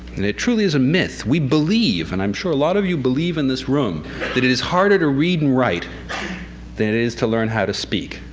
and it truly is a myth we believe and i'm sure a lot of you believe in this room that it is harder to read and write than it is to learn how to speak.